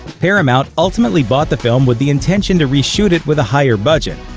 paramount ultimately bought the film with the intention to reshoot it with a higher budget.